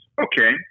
okay